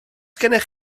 gennych